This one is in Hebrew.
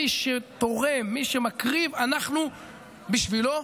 מי שתורם, מי שמקריב, אנחנו בשבילו,